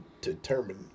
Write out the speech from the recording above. determine